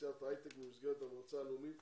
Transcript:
לתעשיית ההייטק במסגרת המועצה הלאומית